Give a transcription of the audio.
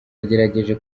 yagerageje